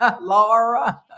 Laura